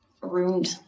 ruined